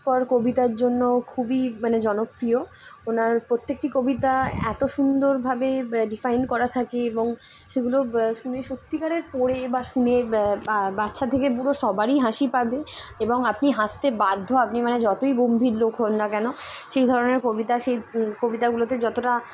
পর কবিতার জন্য খুবই মানে জনপ্রিয় ওনার পত্যেকটি কবিতা এতো সুন্দরভাবে রিফাইন করা থাকে এবং সেগুলো শুনে সত্যিকারের পড়ে বা শুনে বা বাচ্ছা থেকে বুড়ো সবারই হাসি পাবে এবং আপনি হাসতে বাধ্য আপনি মানে যতই গম্ভীর লোক্ষ হণ না কেন সেই ধরনের কবিতা সেই কবিতাগুলোতে যতটা